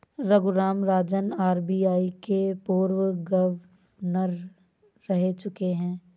Raghuram Rajan RBI के पूर्व governor रह चुके हैं